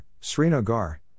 Srinagar